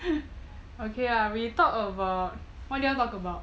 okay lah we talk about what do you want to talk about